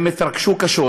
התרשמו קשות.